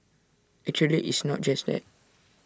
actually it's not just that